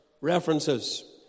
references